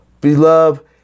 Beloved